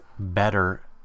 better